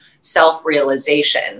self-realization